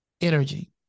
energy